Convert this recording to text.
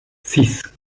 six